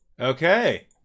Okay